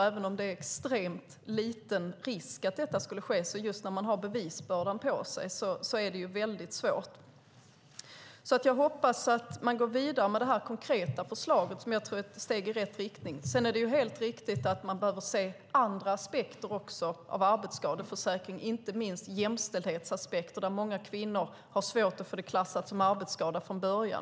Även om det är extremt liten risk att det skulle vara så är det väldigt svårt när man har bevisbördan på sig. Jag hoppas att man går vidare med det konkreta förslaget, som är ett steg i rätt riktning. Det är helt riktigt att man behöver se över andra aspekter av arbetsskadeförsäkringen, inte minst jämställdhetsaspekter. Många kvinnor har svårt att få en skada klassad som arbetsskada från början.